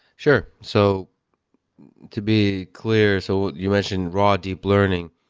sure. so to be clear, so you mentioned raw deep learning.